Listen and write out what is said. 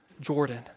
Jordan